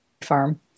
farm